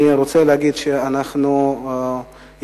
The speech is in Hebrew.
אני רוצה להגיד שאנחנו התארגנו